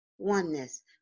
oneness